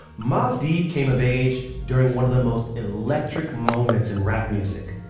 mobb deep came of age during one of the most electric moments in rap music.